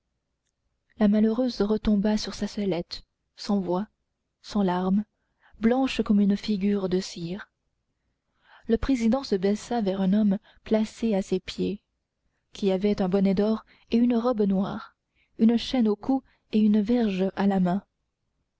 la malheureuse retomba sur sa sellette sans voix sans larmes blanche comme une figure de cire le président se baissa vers un homme placé à ses pieds qui avait un bonnet d'or et une robe noire une chaîne au cou et une verge à la main